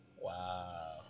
wow